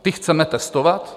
Ty chceme testovat?